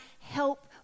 help